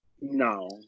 No